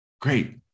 great